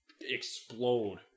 explode